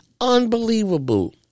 unbelievable